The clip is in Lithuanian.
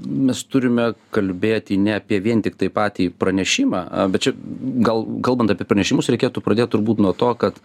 mes turime kalbėti ne apie vien tiktai patį pranešimą bet čia gal kalbant apie pranešimus reikėtų pradėt turbūt nuo to kad